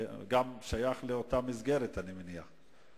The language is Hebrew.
אתה גם שייך לאותה מסגרת, אני מניח.